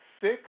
six